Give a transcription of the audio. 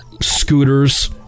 scooters